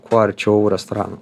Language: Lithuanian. kuo arčiau restoranų